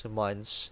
months